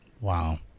Wow